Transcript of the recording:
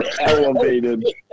elevated